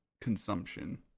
consumption